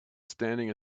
standing